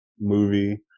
movie